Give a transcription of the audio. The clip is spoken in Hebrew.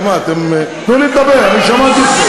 תתמודד עם זה.